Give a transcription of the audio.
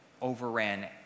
overran